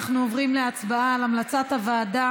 אנחנו עוברים להצבעה על המלצת הוועדה